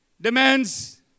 demands